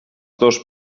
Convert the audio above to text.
dos